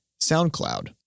SoundCloud